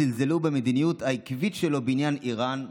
זלזלו במדיניות העקבית שלו בעניין איראן.